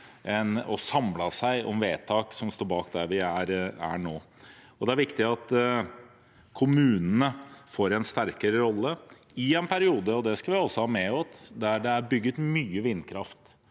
samlet seg om vedtak som står bak der vi er nå. Det er viktig at kommunene får en sterkere rolle i en periode som denne. Vi skal ha med oss at det er bygget mye vindkraft